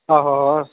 आहो आहो